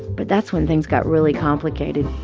but that's when things got really complicated